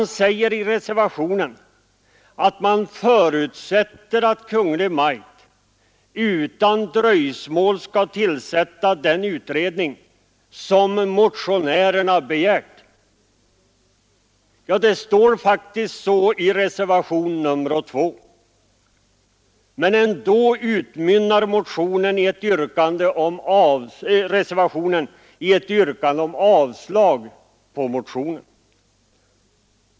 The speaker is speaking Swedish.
Det sägs i reservationen att man förutsätter att Kungl. Maj:t utan dröjsmål skall tillsätta den utredning som motionärerna begär. Ja, så står det faktiskt i reservationen 2, men ändå utmynnar reservationen i ett yrkande om avslag på motionen.